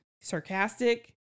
Sarcastic